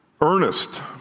Earnest